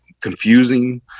confusing